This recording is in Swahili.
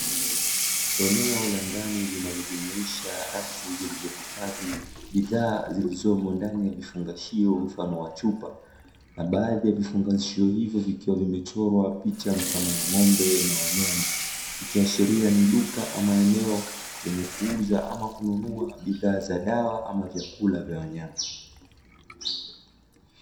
Eneo la ndani linalojumuisha rafu zilizohifadhi bidhaa zilizomo ndani ya vifungashio mfano wa chupa, na baadhi ya vifungashio hivyo vikiwa vimechorwa picha mfano wa ng'ombe na wanyama. Ikiashiria ni duka ama eneo lenye kuuza ama kununua bidhaa za dawa, ama vyakula vya wanyama.